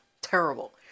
terrible